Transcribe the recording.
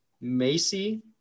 Macy